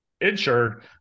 insured